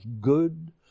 good